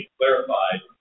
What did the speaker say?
clarified